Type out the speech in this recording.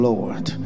Lord